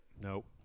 Nope